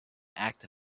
act